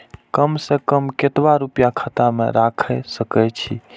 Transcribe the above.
कम से कम केतना रूपया खाता में राइख सके छी?